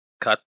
cut